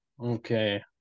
Okay